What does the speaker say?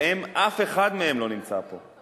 והם, אף אחד מהם לא נמצא פה.